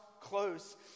close